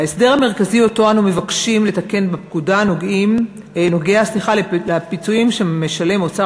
ההסדר המרכזי שאנו מבקשים לתקן בפקודה נוגע לפיצויים שמשלם אוצר